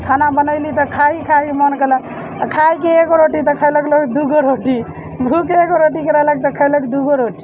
खाना बनयली तऽ खाही खाही मन गेलक आ खायके एगो रोटी तऽ खयलक लोक दूगो रोटी भूख एगो रोटीके रहलक तऽ खयलक दूगो रोटी